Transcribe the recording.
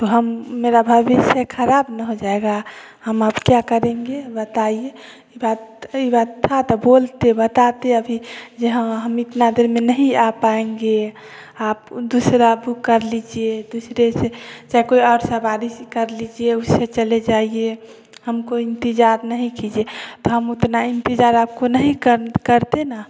हम मेरा भविष्य ख़राब न हो जायेगा हम अब क्या करेंगे बताइए बात इ बात था तो बोलते बताते अभी जे ह हम इतना देर में नहीं आ पायेंगे आप दूसरा दूसरा बुक कर लीजिए दूसरे से चाहे कोई और सवारी कर लीजिए उससे चले जाइये हमको इंतजार नहीं किजिए तो हम उतना इंतजार आपको नहीं करते न